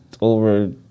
over